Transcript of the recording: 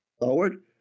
forward